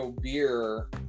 beer